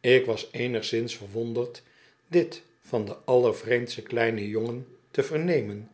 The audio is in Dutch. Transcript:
ik was eenigszins verwonderd dit van den allervreemdsten kleinen jongen te vernemen